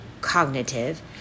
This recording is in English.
cognitive